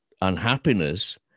unhappiness